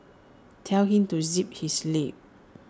tell him to zip his lip